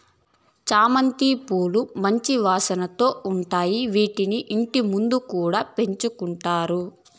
చామంతి పూలు మంచి వాసనతో ఉంటాయి, వీటిని ఇంటి ముందు కూడా పెంచుకుంటారు